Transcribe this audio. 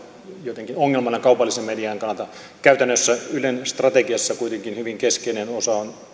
jotenkin ongelmana kaupallisen median kannalta käytännössä ylen strategiassa kuitenkin hyvin keskeinen osa on